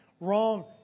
wrong